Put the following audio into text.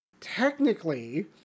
technically